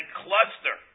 cluster